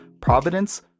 providence